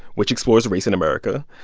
which explores race in america,